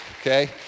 Okay